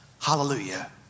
hallelujah